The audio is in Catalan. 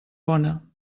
bona